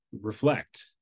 reflect